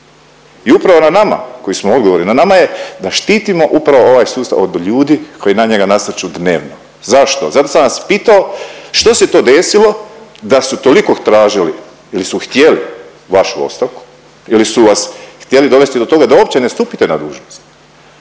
I upravo je na nama koji smo odgovorni, na nama je da štitimo upravo ovaj sustav od ljudi koji na njega nasrću dnevno. Zašto? Zato sam vas pitao što se to desilo da su toliko tražili ili su htjeli vašu ostavku ili su vas htjeli dovesti do toga da uopće ne stupite na dužnost.